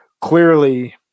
clearly